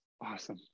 Awesome